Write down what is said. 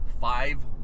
five